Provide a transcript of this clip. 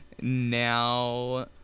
now